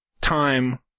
Time